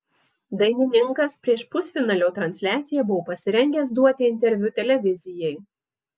dainininkas prieš pusfinalio transliaciją buvo pasirengęs duoti interviu televizijai